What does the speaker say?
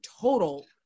total